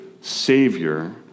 Savior